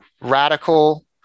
radical